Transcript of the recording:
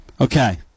Okay